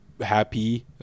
happy